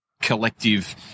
collective